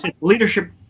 leadership